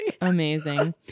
Amazing